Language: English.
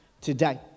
today